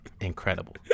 incredible